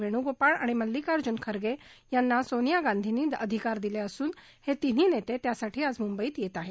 वेणुगोपाल आणि मल्लिकार्जुन खरगे यांना सोनिया गांधी यांनी अधिकार दिले असून हे तिन्ही नेते त्यासाठी आज मुंबईत येत आहेत